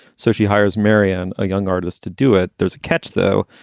so she hires marianne, a young artist, to do it. there's a catch, though.